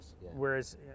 whereas